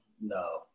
No